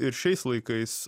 ir šiais laikais